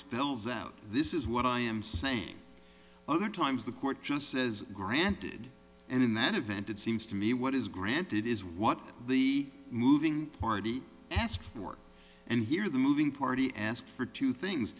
fills out this is what i am saying other times the court just says granted and in that event it seems to me what is granted is what the moving party asked for and here the moving party asked for two things